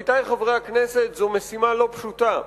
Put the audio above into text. עמיתי חברי הכנסת, זו משימה לא פשוטה.